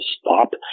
stop